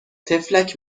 طفلک